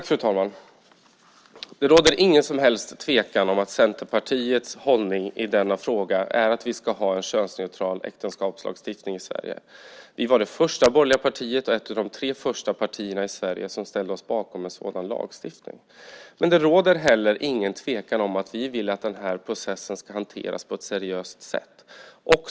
Fru talman! Det råder inget som helst tvivel om att Centerpartiets hållning i denna fråga är att vi ska ha en könsneutral äktenskapslagstiftning i Sverige. Vi var det första borgerliga partiet och ett av de tre första partierna i Sverige som ställde oss bakom en sådan lagstiftning. Men det råder heller inget tvivel om att vi vill att processen ska hanteras på ett seriöst sätt.